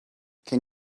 can